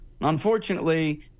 Unfortunately